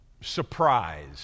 surprise